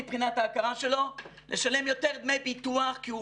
מבחינת ההכרה שלו לשלם יותר דמי ביטוח כי הוא